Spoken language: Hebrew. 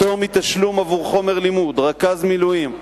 פטור מתשלום עבור חומר לימוד, רכז מילואים,